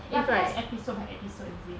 ya because episode by episode is it